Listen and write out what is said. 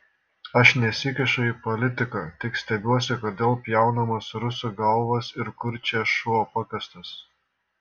aš nesikišu į politiką tik stebiuosi kodėl pjaunamos rusų galvos ir kur čia šuo pakastas